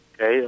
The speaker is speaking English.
Okay